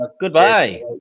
goodbye